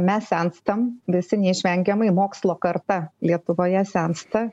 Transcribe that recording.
mes senstam visi neišvengiamai mokslo karta lietuvoje sensta